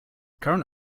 current